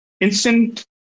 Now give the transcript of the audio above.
instant